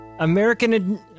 American